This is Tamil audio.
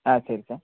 ஆ சரி சார்